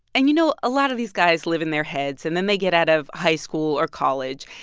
and, you know, a lot of these guys live in their heads. and then they get out of high school or college.